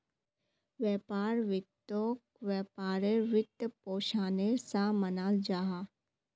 व्यापार वित्तोक व्यापारेर वित्त्पोशानेर सा मानाल जाहा